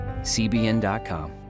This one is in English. CBN.com